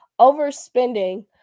overspending